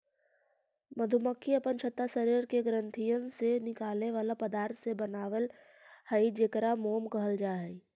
मधुमक्खी अपन छत्ता शरीर के ग्रंथियन से निकले बला पदार्थ से बनाब हई जेकरा मोम कहल जा हई